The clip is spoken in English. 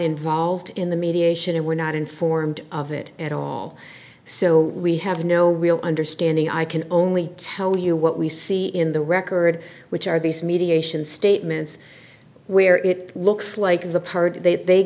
involved in the mediation and were not informed of it at all so we have no real understanding i can only tell you what we see in the record which are these mediation statements where it looks like the part that they